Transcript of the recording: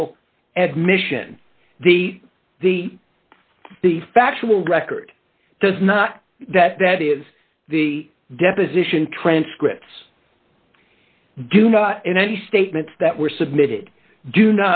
evidential admission the the the factual record does not that that is the deposition transcripts do not in any statements that were submitted do